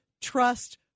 trust